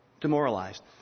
Demoralized